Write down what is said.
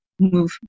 move